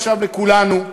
עכשיו לכולנו,